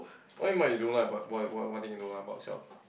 what you mean by you don't like about wha~ what thing you don't like about yourself